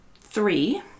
three